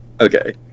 Okay